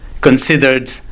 considered